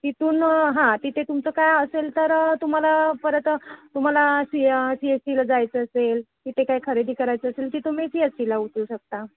तिथून हां तिथे तुमचं काय असेल तर तुम्हाला परत तुम्हाला सी सी एस टीला जायचं असेल तिथे काय खरेदी करायचं असेल ती तुम्ही सी एस टीला उतरू शकता